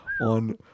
on